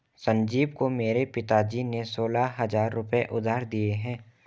संजीव को मेरे पिताजी ने सोलह हजार रुपए उधार दिए हैं